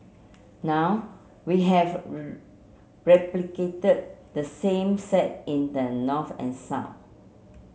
now we have replicated the same set in the north and south